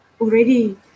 already